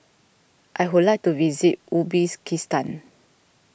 I would like to visit Uzbekistan